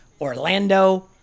Orlando